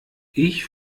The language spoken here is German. ich